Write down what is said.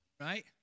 right